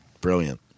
brilliant